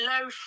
low